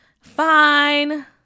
Fine